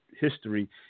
history